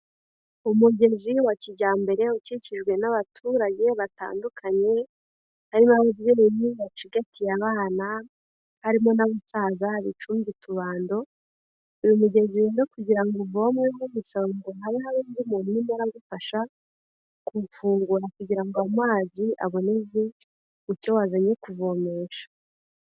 Umugezi wa kijyambere ukikijwe n'abaturage batandukanye, haribo ababyeyi bacigatiye abana, harimo n'amusaza bicumbye utubando, uyu migezo rero kugirango uvomweho, bisaba ngo habe hari undi muntu urimo arabafasha kupfungura, kugira ngo amazi aboneke mu cyo wazanye kuvomesha.